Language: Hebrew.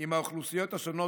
עם האוכלוסיות השונות,